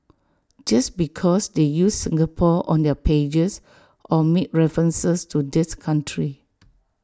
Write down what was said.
just because they use Singapore on their pages or make references to this country